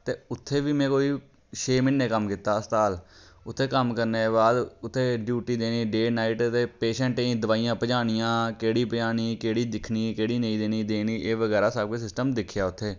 ते उत्थें बी में कोई छे म्हीने कम्म कीता अस्पताल उत्थें कम्म करने दे बाद उत्थें ड्यूटी देनी डे नाईट ते पेशैंटें गी दवाईयां पजानियां केह्ड़ी पजानी केह्ड़ी दिक्खनी केह् नेईं देनी केह्ड़ी नेईं देनी एह् बगैरा सब किश सिस्टम दिक्खेआ उत्थें